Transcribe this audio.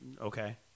Okay